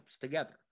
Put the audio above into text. together